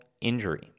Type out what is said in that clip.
injury